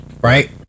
right